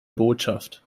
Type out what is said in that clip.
botschaft